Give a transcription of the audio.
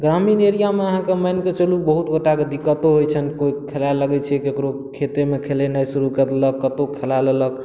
ग्रामीण एरियामे अहाँकेँ मानिके चलू बहुत गोटा कऽ दिक्कतो होइत छनि केओ खेलै लगैत छै ककरो खेतेमे खेलेनाइ शुरू कऽ देलक कतहुँ खेलै लगलक